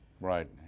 Right